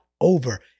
over